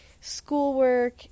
schoolwork